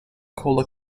cola